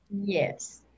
Yes